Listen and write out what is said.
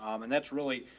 um and that's really,